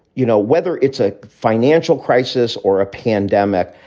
you know, whether it's a financial crisis or a pandemic,